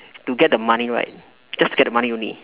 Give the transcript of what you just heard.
to get the money right just to get the money only